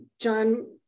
John